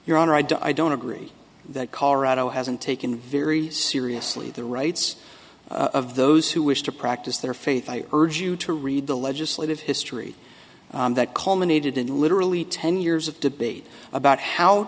your honor i do i don't agree that colorado hasn't taken very seriously the rights of those who wish to practice their faith i urge you to read the legislative history that culminated in literally ten years of debate about how